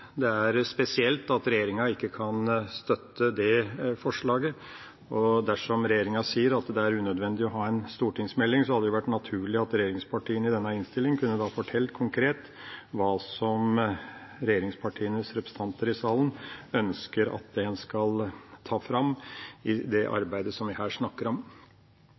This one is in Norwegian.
Det er spesielt at regjeringa ikke kan støtte det forslaget. Dersom regjeringa sier at det er unødvendig å ha en stortingsmelding, hadde det vært naturlig at regjeringspartiene i denne innstillinga kunne fortalt konkret hva regjeringspartienes representanter i salen ønsker at en skal ta fram i det arbeidet vi her snakker om.